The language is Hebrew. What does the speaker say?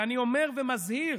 ואני אומר ומזהיר: